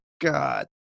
God